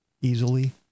easily